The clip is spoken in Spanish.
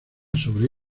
sobre